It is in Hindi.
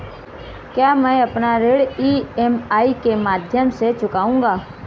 क्या मैं अपना ऋण ई.एम.आई के माध्यम से चुकाऊंगा?